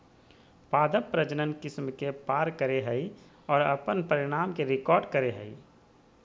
पादप प्रजनन किस्म के पार करेय हइ और अपन परिणाम के रिकॉर्ड करेय हइ